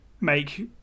make